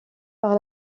par